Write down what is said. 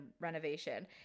renovation